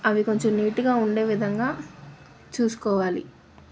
అవి కొంచెం నీట్గా ఉండే విధంగా చూసుకోవాలి